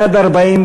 41 בעד,